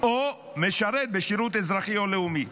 או משרת בשירות אזרחי או לאומי.